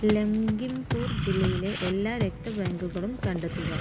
ലഖിംപൂർ ജില്ലയിലെ എല്ലാ രക്ത ബാങ്കുകളും കണ്ടെത്തുക